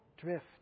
drift